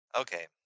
Okay